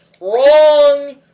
WRONG